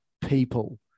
people